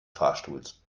fahrstuhls